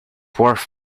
worth